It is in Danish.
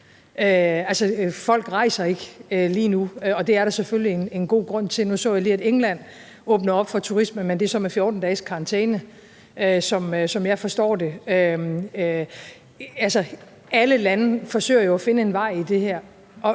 folk rejser ikke lige nu, og det er der selvfølgelig en god grund til. Nu så jeg lige, at England åbner op for turismen, men det er så med 14 dages karantæne, sådan som jeg forstår det. Altså, alle lande forsøger jo at finde en vej i det her.